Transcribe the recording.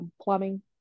plumbing